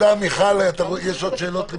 בנוסף להם אפשר עוד 20 אנשים?